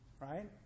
right